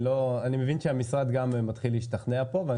אני מבין שהמשרד גם מתחיל להשתכנע ואני